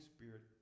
Spirit